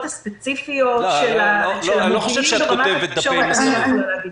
הספציפיות של המובילים ברמת התקשורת אני לא יכולה להגיד.